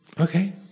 Okay